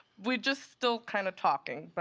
we're just still kind of talking. but